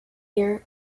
here